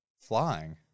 Flying